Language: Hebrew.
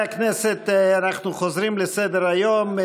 חברי הכנסת, אנחנו חוזרים לסדר-היום.